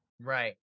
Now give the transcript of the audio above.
Right